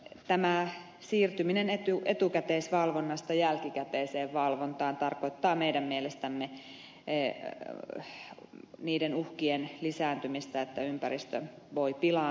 tämä siirtyminen etukäteisvalvonnasta jälkikäteiseen valvontaan tarkoittaa meidän mielestämme sen uhkan lisääntymistä että ympäristö voi pilaantua